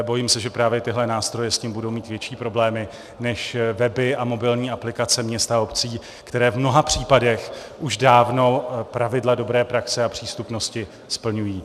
Bojím se, že právě tyto nástroje s tím budou mít větší problémy než weby a mobilní aplikace měst a obcí, které v mnoha případech už dávno pravidla dobré praxe a přístupnosti splňují.